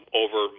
over